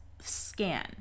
scan